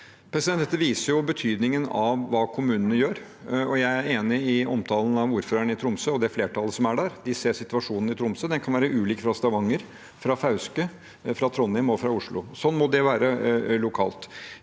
Dette vi- ser betydningen av hva kommunene gjør. Jeg er enig i omtalen av ordføreren i Tromsø og det flertallet som er der. De ser situasjonen i Tromsø, og den kan være ulik fra Stavanger, fra Fauske, fra Trondheim og fra Oslo. Slik må det være lokalt.